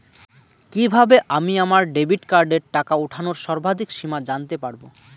কিভাবে আমি আমার ডেবিট কার্ডের টাকা ওঠানোর সর্বাধিক সীমা জানতে পারব?